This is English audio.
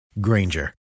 Granger